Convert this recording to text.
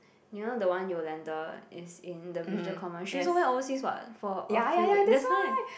you know the one you landed is in the visual comma she also went overseas [what] for a few week that's why